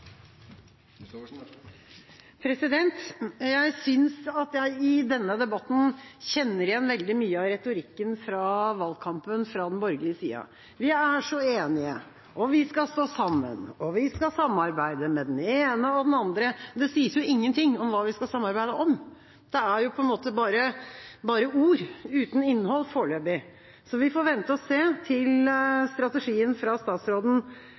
Jeg synes at jeg i denne debatten kjenner igjen veldig mye av retorikken fra valgkampen fra den borgerlige sida – vi er så enige, og vi skal stå sammen, og vi skal samarbeide med den ene og den andre. Men det sies ingenting om hva «vi» skal samarbeide om. Det er bare ord uten innhold foreløpig, så vi får vente og se til strategien fra statsråden